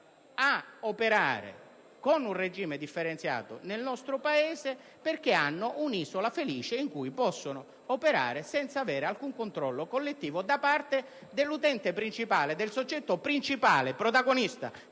a operare con un regime differenziato nel nostro Paese perché hanno un'isola felice, in cui possono operare senza avere alcun controllo collettivo da parte dell'utente principale, del soggetto protagonista